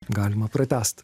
galima pratęst